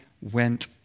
went